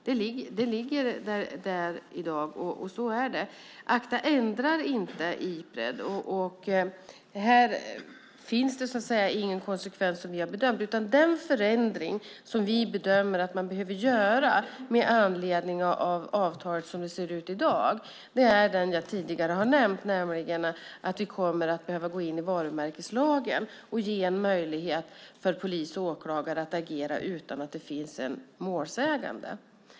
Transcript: Det ligger där i dag, och så är det. ACTA ändrar inte Ipred. Det finns ingen konsekvens som vi har bedömt det. Den förändring som vi bedömer att man behöver göra med anledning av avtalet som det ser ut i dag är den jag tidigare har nämnt, nämligen att vi kommer att behöva gå in i varumärkeslagen och ge en möjlighet för polis och åklagare att agera utan att det finns en målsägande.